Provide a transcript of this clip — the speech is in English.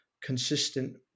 consistent